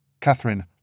Catherine